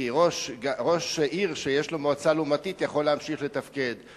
כי ראש עיר שיש לו מועצה לעומתית יכול להמשיך לתפקד.